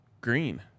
green